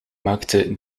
maakte